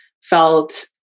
felt